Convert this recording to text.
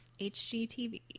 HGTV